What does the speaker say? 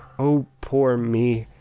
oh poor me.